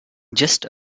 just